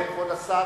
כבוד השר,